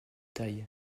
taille